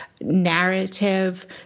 narrative